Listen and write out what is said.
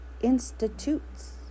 institutes